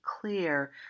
clear